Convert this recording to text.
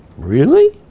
really